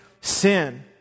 sin